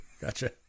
Gotcha